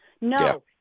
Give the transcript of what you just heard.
No